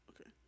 Okay